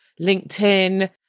LinkedIn